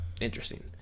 interesting